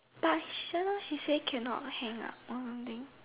but just now she say cannot hang up or something